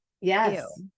Yes